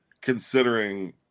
considering